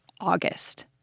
August